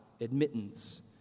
admittance